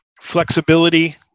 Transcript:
Flexibility